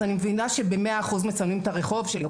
אני מבינה שב-100 אחוזים מצלמים את הרחוב שלי.